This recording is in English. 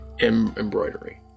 embroidery